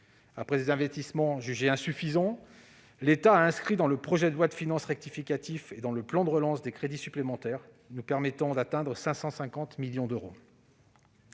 Après des investissements jugés insuffisants, l'État a inscrit dans le projet de loi de finances rectificative et dans le plan de relance des crédits supplémentaires, le total s'élevant à 550 millions d'euros.